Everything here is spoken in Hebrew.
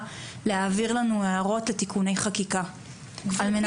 להעביר לנו הערות לתיקוני חקיקה על מנת שההורים --- גברתי,